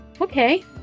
Okay